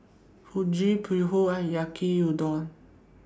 Fugu Pho and Yaki Udon